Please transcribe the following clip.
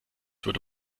würde